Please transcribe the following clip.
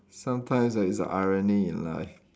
sometimes there is irony in life